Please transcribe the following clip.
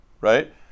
right